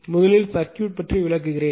முதலில் சர்க்யூட் பற்றி விளக்குகிறேன்